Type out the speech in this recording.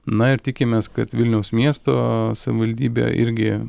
na ir tikimės kad vilniaus miesto savivaldybė irgi